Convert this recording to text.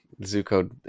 Zuko